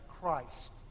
Christ